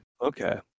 Okay